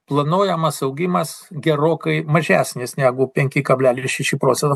planuojamas augimas gerokai mažesnis negu penki kablelis šeši procento